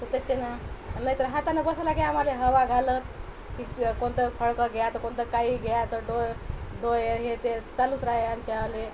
तर त्याच्यानं नाही तर हातानं बसावं लागे आम्हाला हवा घालत की कोणतं फडकं घ्या तर कोणतं काही घ्या तर डो डोळे हे ते चालूच राहे आमच्या ले